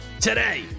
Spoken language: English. Today